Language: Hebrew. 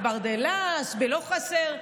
בברדלס, ולא חסר.